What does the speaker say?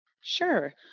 Sure